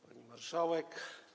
Pani Marszałek!